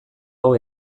hau